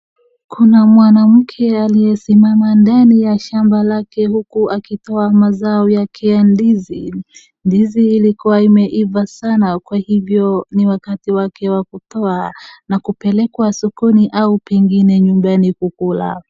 Kuna mwanamke aliyesimama ndani ya shamba lake huku akitoa mazao yake ya ndizi, ndizi ilikuwa imeiva sana kwa hivyo ni wakati wake wa kutoa na kupelekwa sokoni au pengine nyumbani kukula.